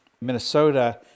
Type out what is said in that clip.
Minnesota